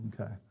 Okay